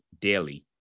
daily